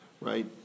right